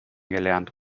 gelernt